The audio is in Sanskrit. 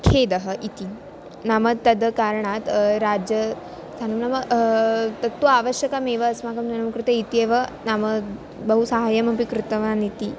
खेदः इति नाम तद् कारणात् राजा नं नाम तत्तु आवश्यकमेव अस्माकं जनः कृते इत्येव नाम बहु सहायमपि कृतवान् इति